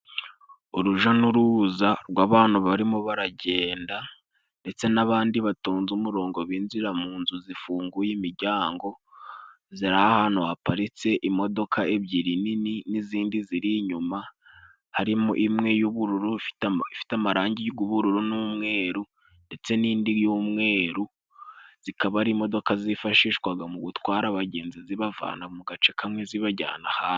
Uruja n'uruza rw'abantu barimo baragenda, ndetse n'abandi batonze umurongo binjira mu nzu zifunguye imijyango, ziri ahantu haparitse imodoka ebyiri nini n'izindi ziri inyuma, harimo imwe y'ubururu ifite amarangi g'ubururu n'umweru ndetse n'indi y'umweru, zikaba ari imodoka zifashishwaga mu gutwara abagenzi zibavana mu gace kamwe zibajyana ahandi.